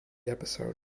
episode